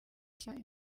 gushyira